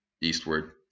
eastward